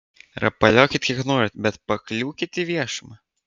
rapaliokit kiek norit bet pakliūkit į viešumą